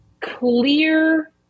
clear